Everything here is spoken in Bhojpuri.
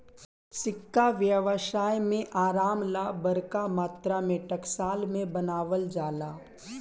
सिक्का व्यवसाय में आराम ला बरका मात्रा में टकसाल में बनावल जाला